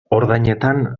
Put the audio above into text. ordainetan